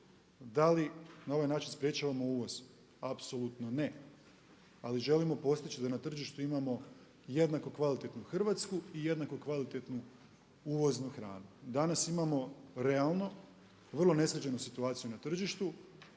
Da li na ovaj način sprečavamo uvoz? Apsolutno ne, ali želimo postići da na tržištu imamo jednako kvalitetnu Hrvatsku i jednako kvalitetnu uvoznu hranu. Danas imamo realno vrlo nesređenu situaciju na tržištu,